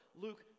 Luke